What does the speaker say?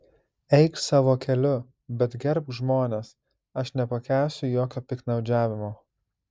eik savo keliu bet gerbk žmones aš nepakęsiu jokio piktnaudžiavimo